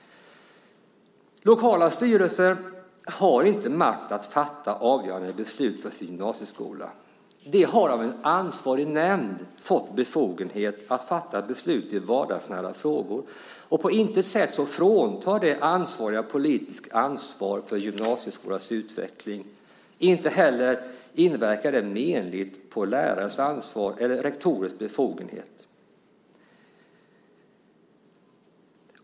Lokala styrelser har inte makt att fatta avgörande beslut om sin gymnasieskola. Däremot har en ansvarig nämnd fått befogenhet att fatta beslut i vardagsnära frågor. På intet sätt fråntar det de ansvariga politiskt ansvar för gymnasieskolans utveckling, inte heller inverkar det menligt på lärarnas ansvar eller rektorers befogenhet.